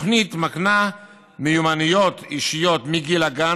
התוכנית מקנה מיומנויות אישיות מגיל הגן